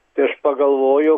tai aš pagalvojau